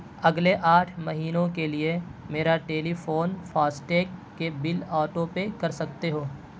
اگلے آٹھ مہینوں کے لیے میرا ٹیلی فون فاسٹیگ کے بل آٹو پے کر سکتے ہو